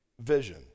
vision